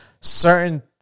certain